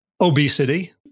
obesity